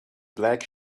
black